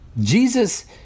Jesus